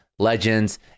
legends